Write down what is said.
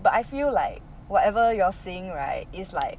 but I feel like whatever you are seeing right is like